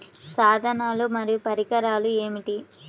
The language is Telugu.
సాధనాలు మరియు పరికరాలు ఏమిటీ?